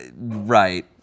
right